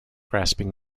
grasping